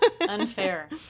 Unfair